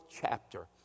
chapter